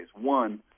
One